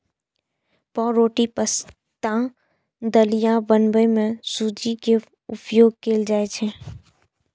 पावरोटी, पाश्ता, दलिया बनबै मे सूजी के उपयोग कैल जाइ छै